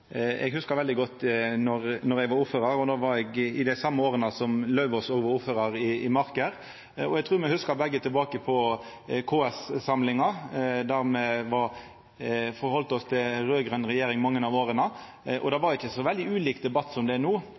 Eg hugsar veldig godt då eg var ordførar. Det var eg i dei same åra som Lauvås var ordførar i Marker. Eg trur me begge hugsar tilbake til KS-samlingane, der me retta oss etter den raud-grøne regjeringa i mange av åra. Det var ein debatt ikkje så veldig ulik han som er no: